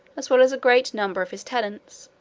as well as a great number of his tenants